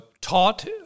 taught